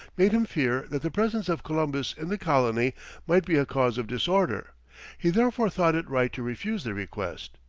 made him fear that the presence of columbus in the colony might be a cause of disorder he therefore thought it right to refuse the request.